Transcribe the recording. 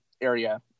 area